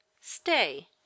Stay